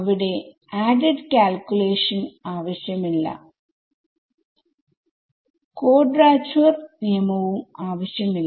അവിടെ added calculation ആവശ്യമില്ല quadrature നിയമവും ആവശ്യമില്ല